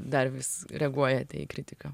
dar vis reaguojate į kritiką